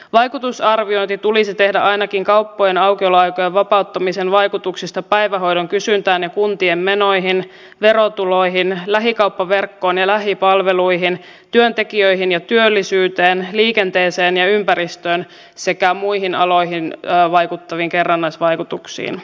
vaikutusarviointi tulisi tehdä ainakin kauppojen aukioloaikojen vapauttamisen vaikutuksista päivähoidon kysyntään ja kuntien menoihin verotuloihin lähikauppaverkkoon ja lähipalveluihin työntekijöihin ja työllisyyteen liikenteeseen ja ympäristöön sekä muihin aloihin vaikuttaviin kerrannaisvaikutuksiin